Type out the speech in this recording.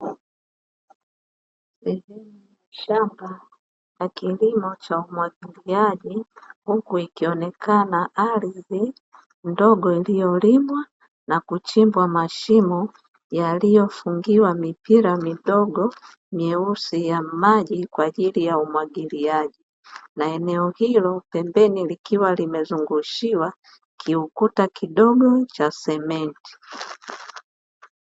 Shamba la kilimo cha umwagiliaji huku ikionekana ardhi ndogo iliyolimwa na kuchimbwa mashimo yaliyofungiwa mipira midogo myeusi ya maji kwa ajili ya umwagiliaji, na eneo hilo pembeni likiwa limezungushiwa kiukuta kidogo cha simenti.